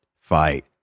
fight